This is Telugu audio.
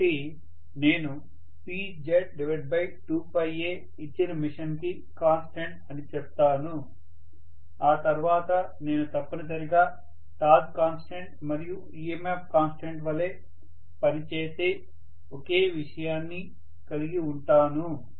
కాబట్టి నేనుPZ2aఇచ్చిన మెషిన్ కి కాన్స్టెంట్ అని చెప్తాను ఆ తర్వాత నేను తప్పనిసరిగా టార్క్ కాన్స్టెంట్ మరియు EMF కాన్స్టెంట్ వలె పనిచేసే ఒకే విషయాన్ని కలిగి ఉంటాను